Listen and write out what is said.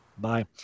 Bye